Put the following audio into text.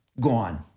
gone